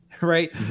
Right